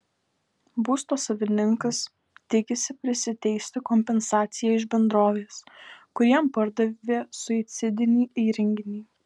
būsto savininkas tikisi prisiteisti kompensaciją iš bendrovės kuri jam pardavė suicidinį įrenginį